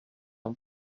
amb